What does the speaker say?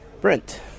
Brent